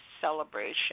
celebration